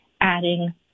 adding